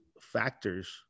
factors